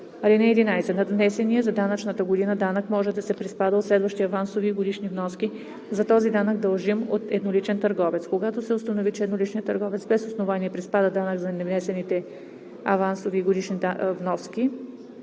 (11) Надвнесеният за данъчната година данък може да се приспада от следващи авансови и годишни вноски за този данък, дължим от едноличен търговец. Когато се установи, че едноличният търговец без основание приспада данък, за невнесените авансови и годишни вноски